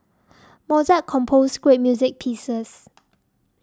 Mozart composed great music pieces